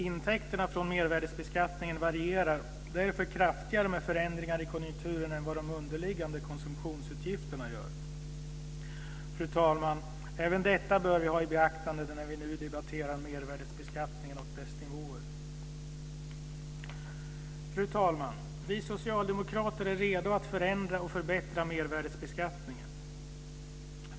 Intäkterna från mervärdesbeskattningen varierar därför kraftigare med förändringar i konjunkturen än vad de underliggande konsumtionsutgifterna gör. Även detta, fru talman, bör vi har i beaktande när vi nu debatterar mervärdesbeskattningen och dess nivåer. Fru talman! Vi socialdemokrater är redo att förändra och förbättra mervärdesbeskattningen.